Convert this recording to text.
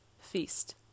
Feast